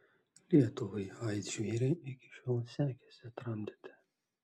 lietuvai aids žvėrį iki šiol sekėsi tramdyti